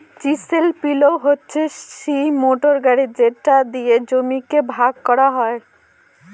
chisel plough হচ্ছে সিই motor গাড়ি যেটা দিয়ে জমিকে ভাগ করা হয়